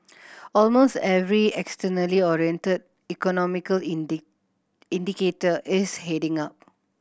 almost every externally oriented economic indicator is heading up